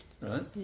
right